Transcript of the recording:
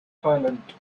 silent